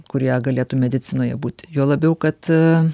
kurie galėtų medicinoje būti juo labiau kad